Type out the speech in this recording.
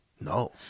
No